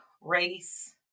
race